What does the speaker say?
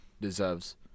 deserves